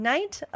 Night